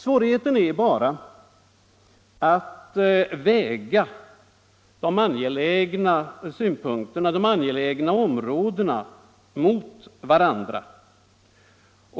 Svårigheten är bara att väga de angelägna områdena mot varandra.